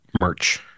merch